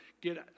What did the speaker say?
get